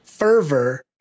Fervor